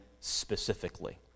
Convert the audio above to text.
specifically